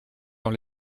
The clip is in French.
dans